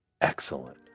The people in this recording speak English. Excellent